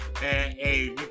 Hey